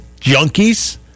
junkies